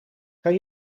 kan